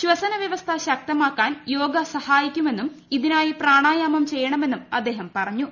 ശ്വസന വ്യവസ്ഥ ശക്തമാക്കാൻ യോഗ സഹായിക്കുമെന്നും ഇതിനായി പ്രാണാ യാമം ചെയ്യണമെന്നും അദ്ദേഹം പറഞ്ഞു